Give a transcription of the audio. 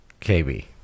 KB